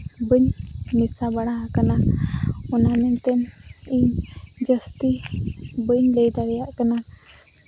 ᱵᱟᱹᱧ ᱢᱮᱥᱟ ᱵᱟᱲᱟ ᱦᱟᱠᱟᱱᱟ ᱚᱱᱟ ᱢᱮᱱᱛᱮ ᱩᱱᱟᱹᱜ ᱡᱟᱹᱥᱛᱤ ᱵᱟᱹᱧ ᱞᱟᱹᱭ ᱫᱟᱲᱮᱭᱟᱜ ᱠᱟᱱᱟ